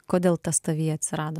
kodėl tas tavyje atsirado